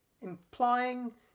Implying